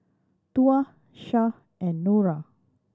Tuah Syah and Nura